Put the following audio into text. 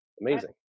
Amazing